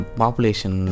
population